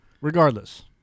Regardless